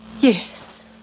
Yes